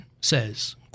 says